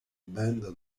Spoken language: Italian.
benda